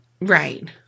Right